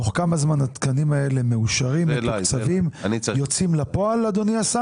תוך כמה זמן התקנים האלה מאושרים ויוצאים לפועל.